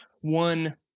one